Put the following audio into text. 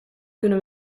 kunnen